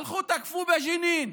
הלכו ותקפו בג'נין,